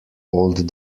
old